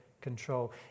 control